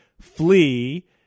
flee